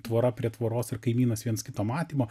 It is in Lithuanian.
tvora prie tvoros ir kaimynas viens kito matymo